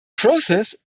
process